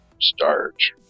starch